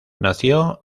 nació